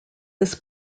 this